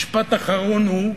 משפט אחרון הוא,